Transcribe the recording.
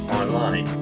online